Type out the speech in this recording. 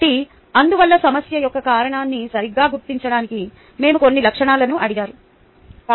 కాబట్టి అందువల్ల సమస్య యొక్క కారణాన్ని సరిగ్గా గుర్తించడానికి మేము కొన్ని లక్షణాలను అడిగారు